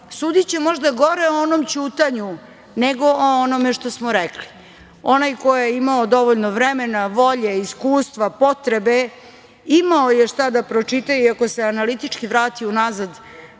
sudiće možda gore o onom ćutanju nego o onome što smo rekli. Onaj ko je imao dovoljno vremena, volje, iskustva, potrebe, imao je šta da pročita i ako se analitički vrati unazad